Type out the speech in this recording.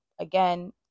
again